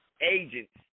agents